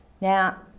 Now